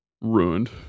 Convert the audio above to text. Ruined